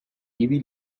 ivy